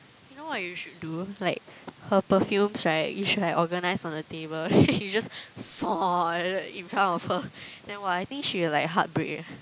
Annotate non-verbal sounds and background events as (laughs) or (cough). you know what you should do like her perfumes right you should have organized on the table (laughs) then you just (noise) like that in front of her then !wah! I think she'll like heartbreak leh